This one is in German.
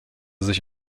sich